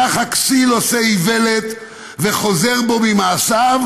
ככה כסיל עושה איוולת וחוזר בו ממעשיו,